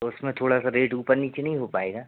तो उसमें थोड़ा सा रेट ऊपर नीचे नहीं हो पाएगा